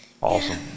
Awesome